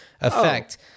effect